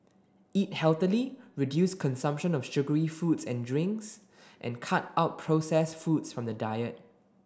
eat healthily reduce consumption of sugary foods and drinks and cut out processed foods from the diet